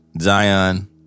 Zion